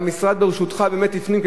והמשרד בראשותך באמת הפנים,